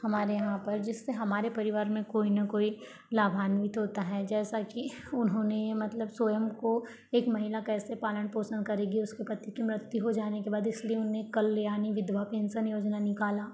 हमारे यहाँ पर जिससे हमारे परिवार में कोई न कोई लाभान्वित होता है जैसा कि उन्होंने मतलब स्वयं को एक महिला कैसे पालन पोषण करेगी उसके पति की मृत्यु हो जाने के बाद इसलिए उन्होंने कल्याणी विधवा पेंशन योजना निकाला